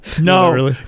no